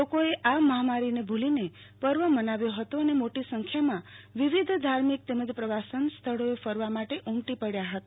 લોકોએ આ મહામારીને ભૂલીને પર્વ મનાવ્યો ફતો અને મોટી સંખ્યામાં વિવિધ ધાર્મિક તેમજ પ્રવાસન સ્થળોએ ફરવા માટે ઊમટી પડયા ફતા